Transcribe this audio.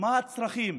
מה הצרכים